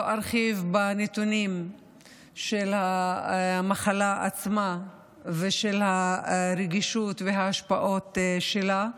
לא ארחיב בנתונים על המחלה עצמה ועל הרגישות וההשפעות שלה.